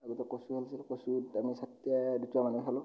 আগতে কচু খেলিছিল কচুত আমি চাৰিটা দুটা মানুহ খেলোঁ